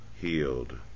healed